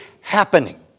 happening